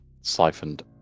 siphoned